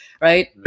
right